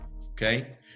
Okay